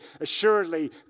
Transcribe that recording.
assuredly